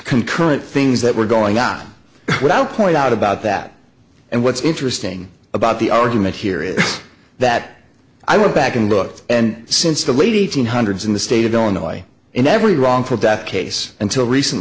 concurrent things that were going on without point out about that and what's interesting about the argument here is that i went back and looked and since the lady hundreds in the state of illinois in every wrongful death case until recent